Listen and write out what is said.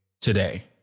today